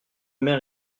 mer